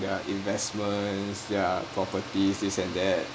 their investments their properties this and that